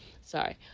Sorry